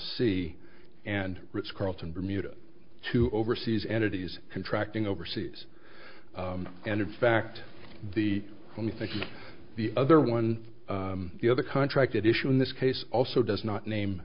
c and ritz carlton bermuda two overseas entities contracting overseas and in fact the only think the other one the other contracted issue in this case also does not name